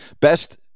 best